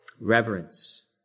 Reverence